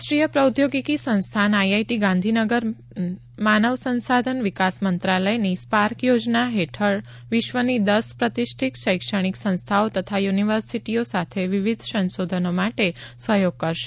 રાષ્ટ્રીય પ્રૌદ્યોગિકી સંસ્થાન આઈઆઈટી ગાંધીનગર માનવ સંસાધન વિકાસ મંત્રાલયની સ્પાર્ક યોજના હેઠળ વિશ્વની દસ પ્રતિષ્ઠિત શૈક્ષણિક સંસ્થાઓ દ્વારા યુનિવર્સિટીઓ સાથે વિવિધ સંશોધનો માટે સહયોગ કરશે